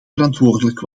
verantwoordelijk